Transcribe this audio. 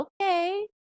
okay